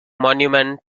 monument